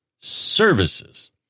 services